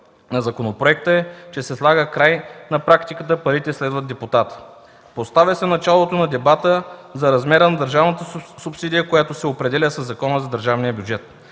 на законопроекта е, че се слага край на практиката „парите следват депутата”. Поставя се началото на дебата за размера на държавната субсидия, която се определя със Закона за държавния бюджет.